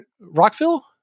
Rockville